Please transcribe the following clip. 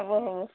হ'ব হ'ব